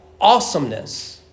awesomeness